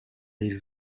les